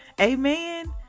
Amen